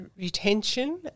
retention